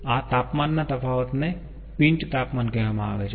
આ તાપમાન ના તફાવતને પિન્ચ તાપમાન કહેવામાં આવે છે